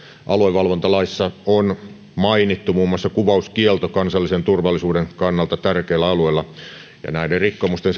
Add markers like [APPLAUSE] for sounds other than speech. aluevalvontalaissa on mainittu muun muassa kuvauskielto kansallisen turvallisuuden kannalta tärkeillä alueilla ja näiden rikkomusten [UNINTELLIGIBLE]